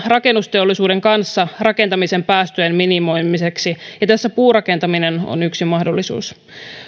rakennusteollisuuden kanssa rakentamisen päästöjen minimoimiseksi ja tässä puurakentaminen on yksi mahdollisuus